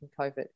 COVID